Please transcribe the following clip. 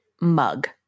mug